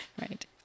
right